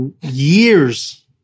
years